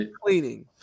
cleaning